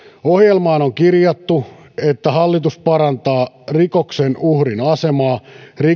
ohjelmaan on kirjattu että hallitus parantaa rikoksen uhrin asemaa